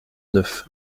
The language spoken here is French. neuf